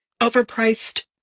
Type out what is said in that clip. overpriced